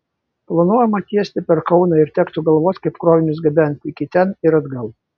planuojama tiesti per kauną ir tektų galvoti kaip krovinius gabenti iki ten ir atgal